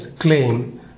claim